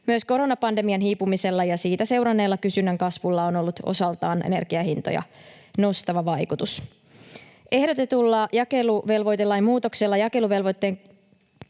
Myös koronapandemian hiipumisella ja siitä seuranneella kysynnän kasvulla on ollut osaltaan energian hintoja nostava vaikutus. Ehdotetulla jakeluvelvoitelain muutoksella jakeluvelvoitteen